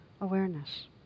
awareness